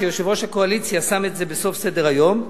שיושב-ראש הקואליציה שם את זה בסוף סדר-היום,